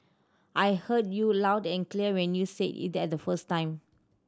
I heard you loud and clear when you said it the first time